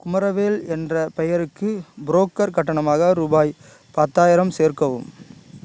குமரவேல் என்ற பெயருக்கு புரோக்கர் கட்டணமாக ரூபாய் பத்தாயிரம் சேர்க்கவும்